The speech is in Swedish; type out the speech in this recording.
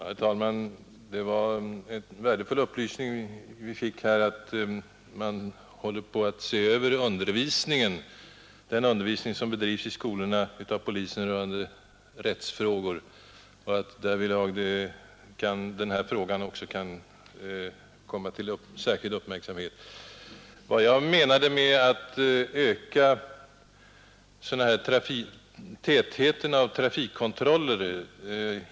Herr talman! Det var en värdefull upplysning vi nu fick, att man håller på att granska innehållet i den undervisning som av polisen bedrivs i skolorna rörande rättsfrågor och att den informationsfråga vi nu talar om därvid också kan komma att uppmärksammas.